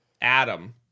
Adam